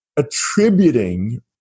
attributing